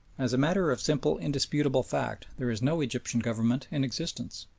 as a matter of simple indisputable fact there is no egyptian government in existence.